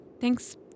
Thanks